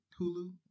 Hulu